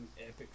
epic